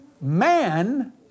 man